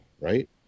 right